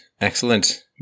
Excellent